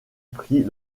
prit